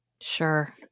Sure